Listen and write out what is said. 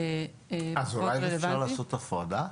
אז אולי אפשר לעשות הפרדה?